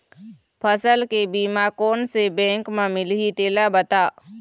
फसल के बीमा कोन से बैंक म मिलही तेला बता?